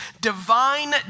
divine